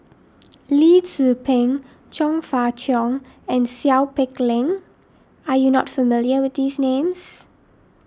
Lee Tzu Pheng Chong Fah Cheong and Seow Peck Leng are you not familiar with these names